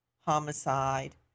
homicide